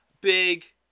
big